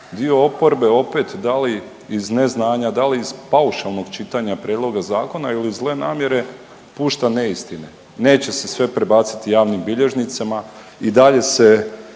oporbe opet, da li iz neznanja, da li iz paušalnog čitanja Prijedloga zakona ili iz zle namjere pušta neistine. Neće se sve prebaciti javnim bilježnicama, i dalje se